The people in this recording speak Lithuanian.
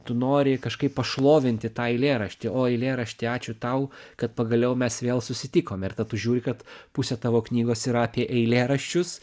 tu nori kažkaip pašlovinti tą eilėraštį o eilėrašti ačiū tau kad pagaliau mes vėl susitikome ir tada tu žiūri kad pusė tavo knygos yra apie eilėraščius